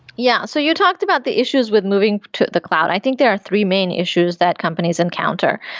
yeah. so you talked about the issues with moving to the cloud. i think there are three main issues that companies encounter.